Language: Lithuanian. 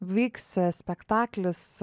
vyks spektaklis